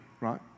right